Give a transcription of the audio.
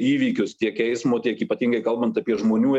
įvykius tiek eismo tiek ypatingai kalbant apie žmonių